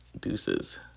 Deuces